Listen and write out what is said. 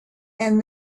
and